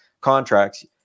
contracts